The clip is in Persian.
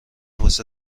واسه